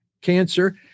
cancer